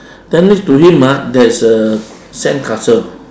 then next to him ah there is a sandcastle